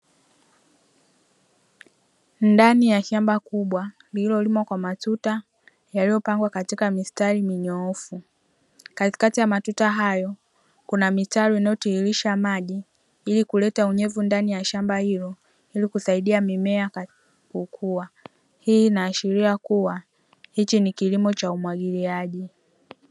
Ndani ya shamba kubwa lililolimwa kwa matuta yaliyopangwa katika mistari minyoofu. Katikati ya matuta hayo kuna mitaro inayotiilisha maji ili kuleta unyevu ndani ya shamba hilo, ili kusaidia mimea kukua hii inaashiria kuwa hichi ni kilimo cha umwagiliaji.